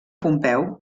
pompeu